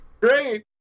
great